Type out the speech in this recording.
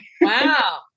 Wow